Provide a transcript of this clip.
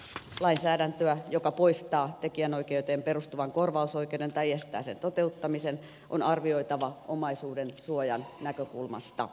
lainsäädäntöä joka poistaa tekijänoikeuteen perustuvan korvausoikeuden tai estää sen toteuttamisen on arvioitava omaisuudensuojan näkökulmasta